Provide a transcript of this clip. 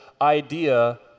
idea